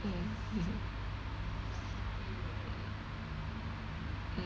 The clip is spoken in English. mm